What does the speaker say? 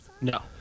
No